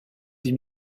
des